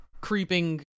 creeping